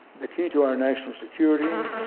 the key to our national security,